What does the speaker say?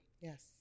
Yes